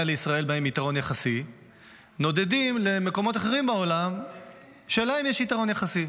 לישראל יתרון יחסי נודדים למקומות אחרים בעולם שלהם יש יתרון יחסי.